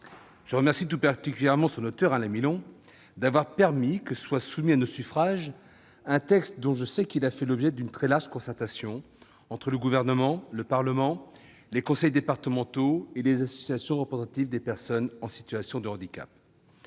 Je remercie tout particulièrement son auteur, Alain Milon, d'avoir permis que soit soumis à nos suffrages un texte dont je sais qu'il a fait l'objet d'une très large concertation entre le Gouvernement, le Parlement, les conseils départementaux et les associations représentatives des personnes en situation de handicap.